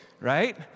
right